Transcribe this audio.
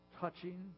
touching